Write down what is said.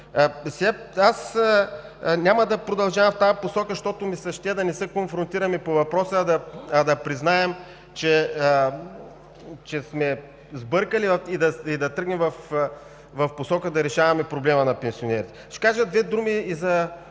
Няма да продължавам в тази посока, защото ми се ще да не се конфронтираме по въпроса, а да признаем, че сме сбъркали и да тръгнем в посока да решаваме проблема на пенсионерите. Ще кажа две думи и за